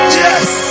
yes